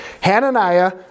Hananiah